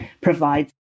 provides